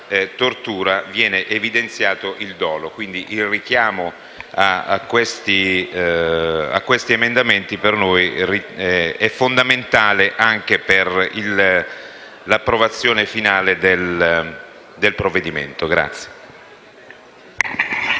viene evidenziato il dolo. Dunque il richiamo in questi emendamenti per noi è fondamentale anche per l'approvazione finale del provvedimento.